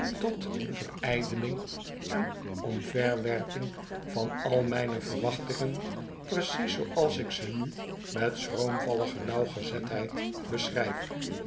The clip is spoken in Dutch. tot verijdeling en omverwerping van al mijne verwachtingen precies zooals ik ze nu met schroomvallige nauwgezetheid beschrnt